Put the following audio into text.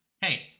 Hey